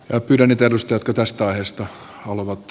räpyläni perustuu tästä ajasta haluavat